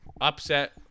Upset